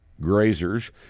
Grazers